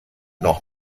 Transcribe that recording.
noch